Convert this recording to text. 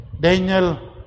Daniel